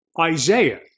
Isaiah